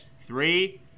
Three